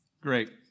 Great